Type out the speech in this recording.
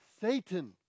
Satan